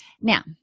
Now